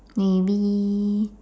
maybe